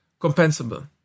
compensable